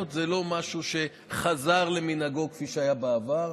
הוא לא משהו שחזר למנהגו כפי שהיה בעבר,